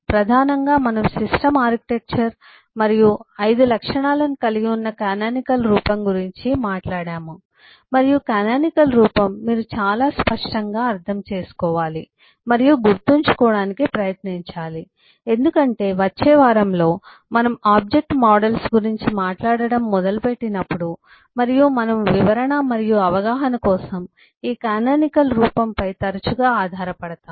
ప్రధానంగా మనము system architecture మరియు 5 లక్షణాలను కలిగి ఉన్న కానానికల్ రూపం గురించి మాట్లాడాము మరియు కానానికల్ రూపం మీరు చాలా స్పష్టంగా అర్థం చేసుకోవాలి మరియు గుర్తుంచుకోవడానికి ప్రయత్నించాలి ఎందుకంటే వచ్చే వారంలో మనము ఆబ్జెక్ట్ మోడల్స్ గురించి మాట్లాడటం మొదలుపెట్టినప్పుడు మరియు మనము వివరణ మరియు అవగాహన కోసం ఈ కానానికల్ రూపంపై తరచుగా ఆధార పడతాము